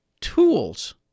tools